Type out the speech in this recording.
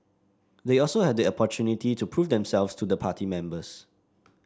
they also have the opportunity to prove themselves to the party members